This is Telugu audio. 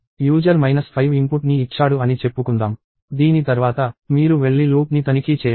యూజర్ మైనస్ 5 ఇన్పుట్ ని ఇచ్చాడు అని చెప్పుకుందాం దీని తర్వాత మీరు వెళ్లి లూప్ని తనిఖీ చేయండి